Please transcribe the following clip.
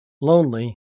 lonely